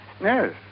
Yes